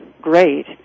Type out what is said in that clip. great